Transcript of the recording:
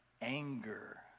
Anger